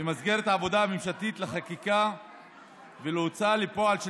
במסגרת העבודה הממשלתית לחקיקה ולהוצאה לפועל של